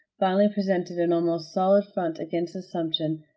finally presented an almost solid front against assumption,